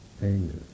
Anger